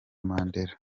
mandela